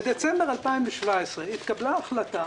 בדצמבר 2017 התקבלה החלטה